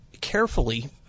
carefully